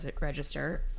register